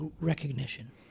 recognition